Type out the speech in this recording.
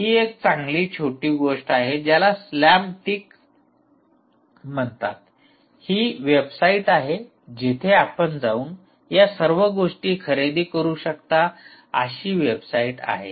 ही एक चांगली छोटी गोष्ट आहे ज्याला स्लॅम टिक म्हणतात ही वेबसाइट आहे जिथे आपण जाऊन या सर्व गोष्टी खरेदी करू शकता अशी वेबसाइट आहे